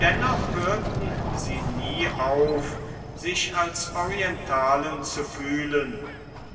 dennoch hörten sie nie auf sich als orientalen zu fühlen